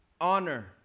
Honor